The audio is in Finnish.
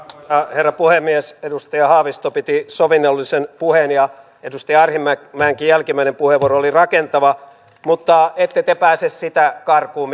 herra puhemies edustaja haavisto piti sovinnollisen puheen ja edustaja arhinmäenkin jälkimmäinen puheenvuoro oli rakentava mutta ette te pääse sitä karkuun